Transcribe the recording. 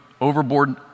overboard